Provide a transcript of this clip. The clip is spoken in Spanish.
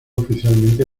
oficialmente